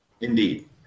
indeed